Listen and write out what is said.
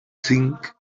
zinc